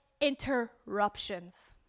interruptions